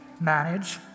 manage